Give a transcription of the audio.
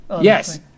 Yes